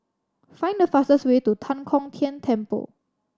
find the fastest way to Tan Kong Tian Temple